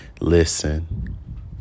Listen